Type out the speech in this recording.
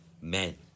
men